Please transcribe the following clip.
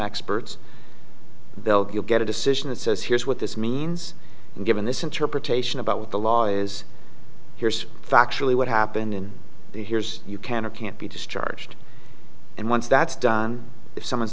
experts they'll get a decision that says here's what this means given this interpretation about what the law is here's factually what happened in the here's you can or can't be discharged and once that's done if someone's